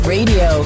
Radio